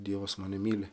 dievas mane myli